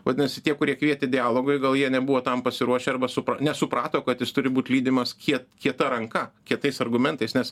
vadinasi tie kurie kvietė dialogui gal jie nebuvo tam pasiruošę arba supra nesuprato kad jis turi būt lydimas kie kieta ranka kietais argumentais nes